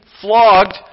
flogged